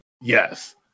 Yes